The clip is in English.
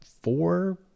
four